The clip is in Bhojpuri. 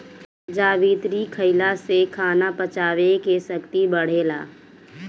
जावित्री खईला से खाना पचावे के शक्ति बढ़ेला